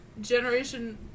Generation